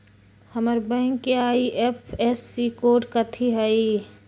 हमर बैंक के IFSC code कथि हई?